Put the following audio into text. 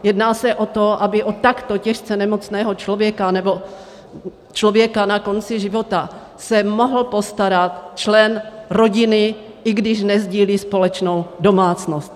Jedná se o to, aby o takto těžce nemocného člověka nebo člověka na konci života se mohl postarat člen rodiny, i když nesdílí společnou domácnost.